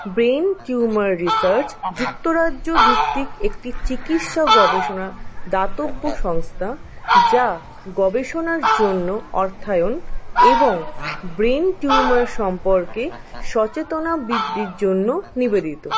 brain tumour research যুক্তরাজ্য ভিত্তিক একটি চিকিৎসা গবেষণা দাতব্য সংস্থা যা গবেষণার জন্য অর্থায়ন এবং ব্রেন টিউমার সম্পর্কে সচেতনা বৃদ্ধির জন্য নিবেদিত